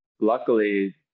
Luckily